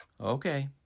Okay